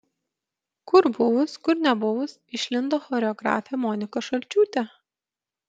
kur buvus kur nebuvus išlindo choreografė monika šalčiūtė